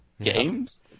Games